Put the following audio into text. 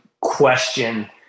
question